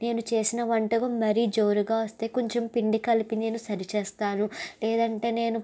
నేను చేసిన వంటకం మరీ జోరుగా వస్తే కొంచెం పిండి కలిపి నేను సరి చేస్తాను లేదంటే నేను